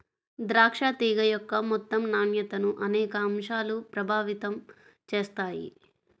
ద్రాక్ష తీగ యొక్క మొత్తం నాణ్యతను అనేక అంశాలు ప్రభావితం చేస్తాయి